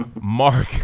Mark